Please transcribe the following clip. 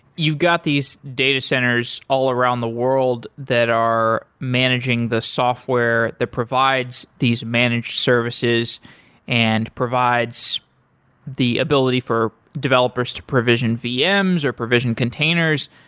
you got these datacenters all around the world that are managing the software that provides these managed services and provides the ability for developers to provision vms or provisions containers.